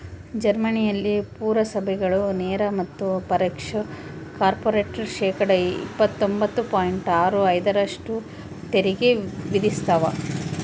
ಜರ್ಮನಿಯಲ್ಲಿ ಪುರಸಭೆಗಳು ನೇರ ಮತ್ತು ಪರೋಕ್ಷ ಕಾರ್ಪೊರೇಟ್ ಶೇಕಡಾ ಇಪ್ಪತ್ತೊಂಬತ್ತು ಪಾಯಿಂಟ್ ಆರು ಐದರಷ್ಟು ತೆರಿಗೆ ವಿಧಿಸ್ತವ